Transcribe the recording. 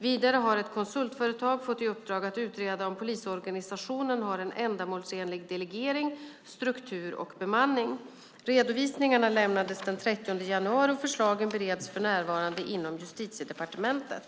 Vidare har ett konsultföretag fått i uppdrag att utreda om polisorganisationen har en ändamålsenlig delegering, struktur och bemanning. Redovisningarna lämnades den 30 januari och förslagen bereds för närvarande inom Justitiedepartementet.